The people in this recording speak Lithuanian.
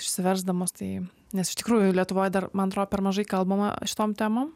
išsiversdamos tai nes iš tikrųjų lietuvoj dar man atrodo per mažai kalbama šitom temom